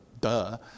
duh